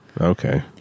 Okay